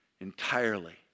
entirely